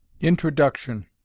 Introduction